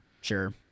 sure